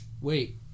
Wait